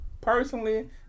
personally